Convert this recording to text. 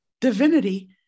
divinity